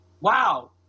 wow